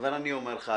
כבר אני אומר לך,